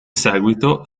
seguito